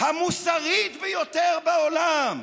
המוסרית ביותר בעולם,